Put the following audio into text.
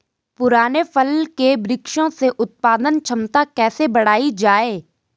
पुराने फल के वृक्षों से उत्पादन क्षमता कैसे बढ़ायी जाए?